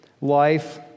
life